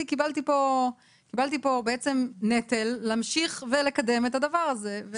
קיבלתי פה בעצם נטל להמשיך ולקדם את הדבר זה.